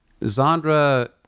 Zandra